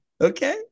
Okay